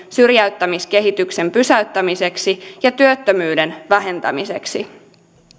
syrjäyttämiskehityksen pysäyttämiseksi ja työttömyyden vähentämiseksi